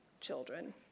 children